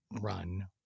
run